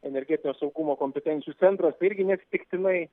energetinio saugumo kompetencijų centras tai irgi neatsitiktinai